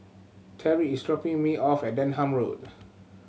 Terry is dropping me off at Denham Road